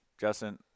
Justin